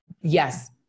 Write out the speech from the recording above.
Yes